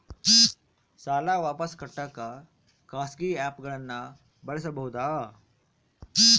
ಸಾಲ ವಾಪಸ್ ಕಟ್ಟಕ ಖಾಸಗಿ ಆ್ಯಪ್ ಗಳನ್ನ ಬಳಸಬಹದಾ?